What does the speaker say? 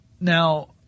Now